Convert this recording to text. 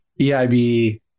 EIB